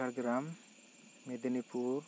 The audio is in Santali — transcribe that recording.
ᱡᱷᱟᱲᱜᱨᱟᱢ ᱢᱤᱫᱽᱱᱤᱯᱩᱨ